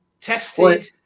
tested